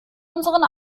unseren